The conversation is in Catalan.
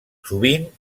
sovint